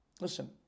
listen